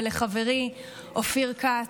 ולחברי אופיר כץ.